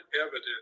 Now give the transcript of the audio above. evidence